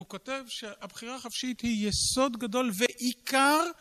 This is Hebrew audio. הוא כותב שהבחירה החפשית היא יסוד גדול ועיקר